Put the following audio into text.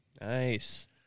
Nice